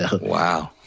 Wow